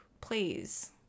please